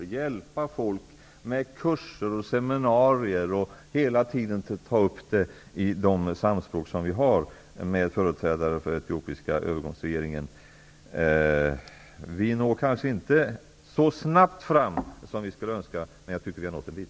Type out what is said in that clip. Vi skall hjälpa folk med kurser och seminarier och hela tiden ta upp denna fråga i de samtal som vi för med företrädare för den etiopiska övergångsregeringen. Vi når kanske inte så snabbt fram som vi skulle önska, men vi når en bit.